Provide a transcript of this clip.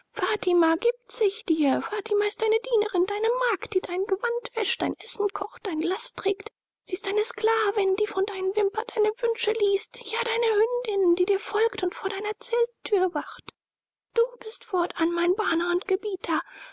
fatima gibt sich dir fatima ist deine dienerin deine magd die dein gewand wäscht dein essen kocht deine last trägt sie ist deine sklavin die von deinen wimpern deine wünsche liest ja deine hündin die dir folgt und vor deiner zelttür wacht du bist fortan mein bana und gebieter